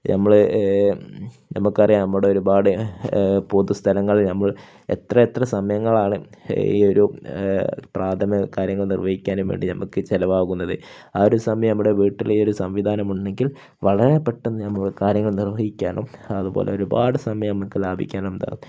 നമ്മൾ നമ്മൾക്ക് അറിയാം നമ്മുടെ ഒരുപാട് പൊതു സ്ഥലങ്ങൾ നമ്മൾ എത്ര എത്ര സമയങ്ങളാണ് ഈ ഒരു പ്രാഥമ കാര്യങ്ങൾ നിർവഹിക്കാനും വേണ്ടി നമ്മൾക്ക് ചിലവാകുന്നത് ആ ഒരു സമയം നമ്മുടെ വീട്ടിൽ ഈ ഒരു സംവിധാനം ഉണ്ടെങ്കിൽ വളരെ പെട്ടെന്ന് നമ്മൾ കാര്യങ്ങൾ നിർവഹിക്കാനും അതുപോലെ ഒരുപാട് സമയം നമുക്ക് ലാഭിക്കാനും ഉണ്ടാവും